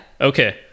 okay